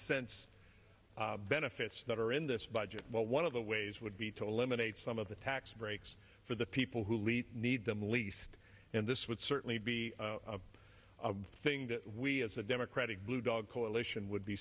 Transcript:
commonsense benefits that are in this budget but one of the ways would be to eliminate some of the tax breaks for the people who lead need them least and this would certainly be a thing that we as a democratic blue dog coalition would be